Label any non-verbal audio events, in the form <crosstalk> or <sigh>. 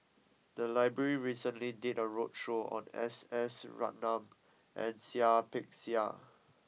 the library recently did a roadshow on S S <noise> Ratnam and Seah Peck Seah